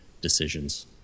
decisions